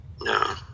no